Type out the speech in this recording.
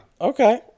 Okay